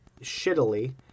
shittily